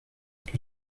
que